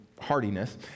hardiness